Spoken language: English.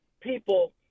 people